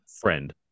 friend